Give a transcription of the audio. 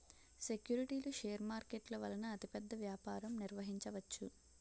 సెక్యూరిటీలు షేర్ మార్కెట్ల వలన అతిపెద్ద వ్యాపారం నిర్వహించవచ్చు